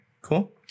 Cool